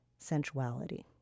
sensuality